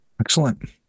Excellent